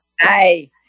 Hi